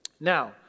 Now